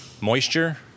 moisture